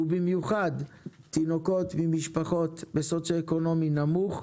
ובמיוחד תינוקות ממשפחות בדרוג סוציואקונומי נמוך,